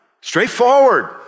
Straightforward